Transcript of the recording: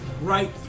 right